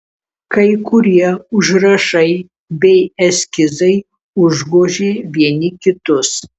kai kurie užrašai bei eskizai užgožė vieni kitus